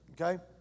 okay